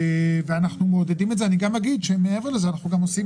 אנחנו גם עושים הסברות,